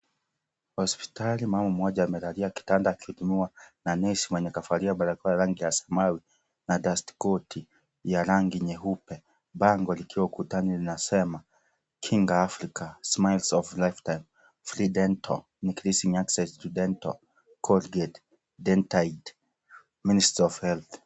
Hospitali mama mmoja amelalia kitanda akiudumiwa na nesi mwenye kavalia barakoa ya rangi ya samawi na dastikoti ya rangi nyeupe. Bango likiwa kutani linasema Kinga Afrika. Smiles if a lifetime, Free Dental, increasing access to dental, cogate, dentide, ministry of health .